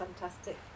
fantastic